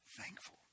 thankful